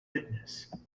fitness